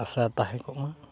ᱟᱥᱟ ᱛᱟᱦᱮᱸ ᱠᱚᱜ ᱢᱟ